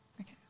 Okay